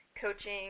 coaching